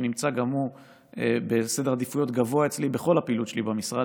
שנמצא גם הוא בסדר עדיפויות גבוה אצלי בכל הפעילות שלי במשרד,